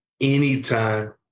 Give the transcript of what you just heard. Anytime